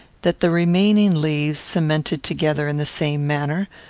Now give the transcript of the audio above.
that the remaining leaves, cemented together in the same manner,